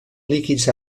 líquids